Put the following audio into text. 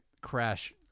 crash